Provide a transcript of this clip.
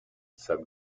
sub